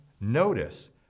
notice